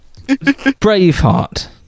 Braveheart